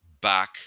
back